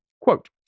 Quote